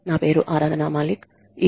నా పేరు ఆరాధన మాలిక్